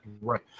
right